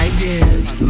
Ideas